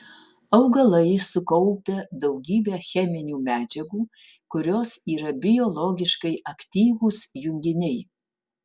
augalai sukaupia daugybę cheminių medžiagų kurios yra biologiškai aktyvūs junginiai